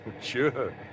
Sure